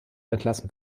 entlassen